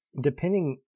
depending